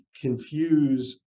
confuse